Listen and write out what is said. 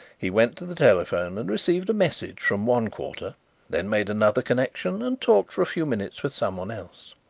he went to the telephone and received a message from one quarter then made another connection and talked for a few minutes with someone else.